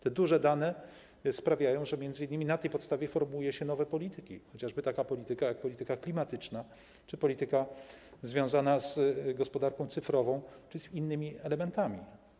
Te duże dane sprawiają, że m.in. na tej podstawie formułuje się nowe polityki, chociażby takie jak polityka klimatyczna czy polityka związana z gospodarką cyfrową, czy z innymi elementami.